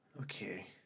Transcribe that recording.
Okay